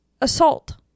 assault